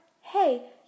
Hey